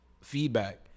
feedback